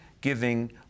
giving